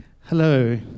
Hello